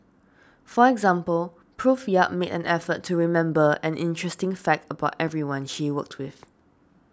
for example Prof Yap made an effort to remember an interesting fact about everyone she worked with